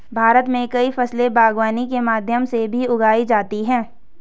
भारत मे कई फसले बागवानी के माध्यम से भी उगाई जाती है